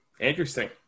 Interesting